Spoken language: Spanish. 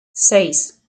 seis